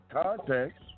context